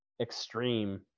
Extreme